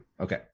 Okay